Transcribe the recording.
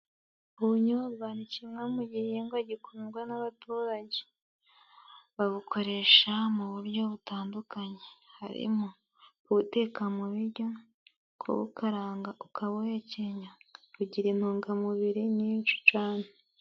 Ubunyobwa ni kimwe mu gihingwa gikundwa n'abaturage. Babukoresha mu buryo butandukanye, harimo kubuteka mu biryo, kubukaranga ukabuhekenya, bugira intungamubiri nyinshi cyane.